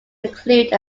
include